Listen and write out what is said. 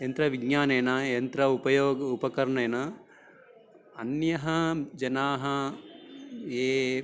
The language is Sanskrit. यन्त्रविज्ञानेन यन्त्र उपयोग उपकरणेन अन्ये जनाः ये